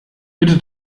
bitte